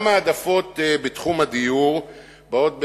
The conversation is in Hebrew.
גם העדפות בתחום הדיור באות,